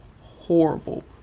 horrible